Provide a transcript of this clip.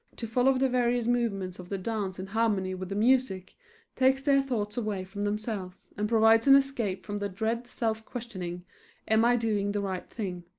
to follow the various movements of the dance in harmony with the music takes their thoughts away from themselves, and provides an escape from the dread self-questioning am i doing the right thing?